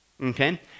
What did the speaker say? okay